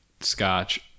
scotch